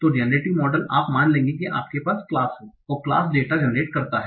तो generative model आप मान लेंगे कि आपके पास क्लास है और क्लास डेटा जेनरेट करता है